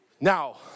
Now